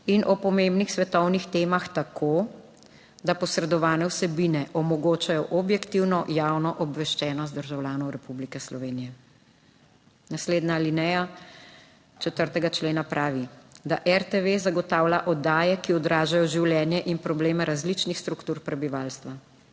in o pomembnih svetovnih temah, tako da posredovane vsebine omogočajo objektivno javno obveščenost državljanov Republike Slovenije." Naslednja alineja 4. člena pravi, da "RTV zagotavlja oddaje, ki odražajo življenje in probleme različnih struktur prebivalstva.